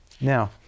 Now